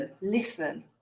listen